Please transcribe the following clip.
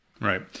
right